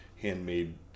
handmade